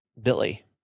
Billy